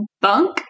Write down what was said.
bunk